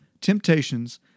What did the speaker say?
temptations